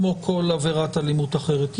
נכון,